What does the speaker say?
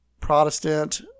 Protestant